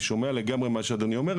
אני שומע לגמרי מה שאדוני אומר,